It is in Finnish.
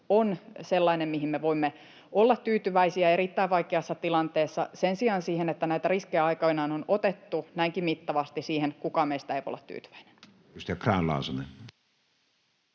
on sellainen, mihin me voimme olla tyytyväisiä erittäin vaikeassa tilanteessa. Sen sijaan siihen, että näitä riskejä aikoinaan on otettu näinkin mittavasti, siihen kukaan meistä ei voi olla tyytyväinen.